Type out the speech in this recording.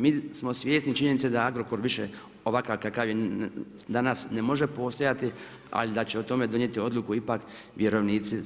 Mi smo svjesni činjenice da Agrokor, više ovakav kakav je danas, ne može postojati, ali da će o tome donijeti odluku, ipak vjerovnici